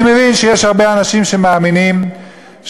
אני מבין שיש הרבה אנשים שמאמינים שמדינה